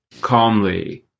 calmly